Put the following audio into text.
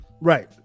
right